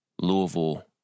Louisville